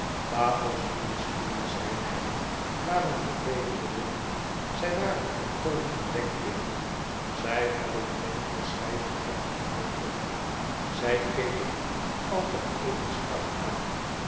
tafels en stoelen zeide hij waren vervelende dingen zij waren eentonige denkbeelden zij hadden geene verscheidenheid van uitdrukking zij keken u altijd even strak aan